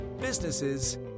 businesses